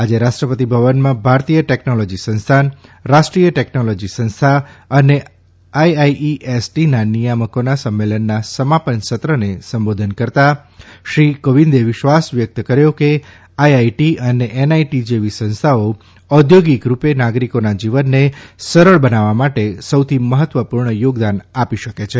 આજ રાષ્ટ્રપતિભવનમાં ભારતીય ટેકનોલોજી સંસ્થાન રાષ્ટ્રીય ટેકનોલોજી સંસ્થા અને આઇઆઇઇએસટી ના નિયામકોના સંમેલનના સમાપનસત્રને સંબોધન કરતા શ્રી કોવિંદે વિશ્વાસ વ્યકત કર્યો કે આઇઆઇટી અને એનઆઇટી જેવી સંસ્થાઓ ઔદ્યોગિક રૂપે નાગરિકોને જીવનને સરળ બનાવવા માટે સૌથી મહત્વપૂર્ણ યોગદાન આપી શકે છે